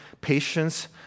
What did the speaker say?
patience